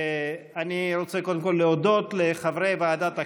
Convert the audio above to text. אני רוצה קודם כול להודות לחברי ועדת הקלפי,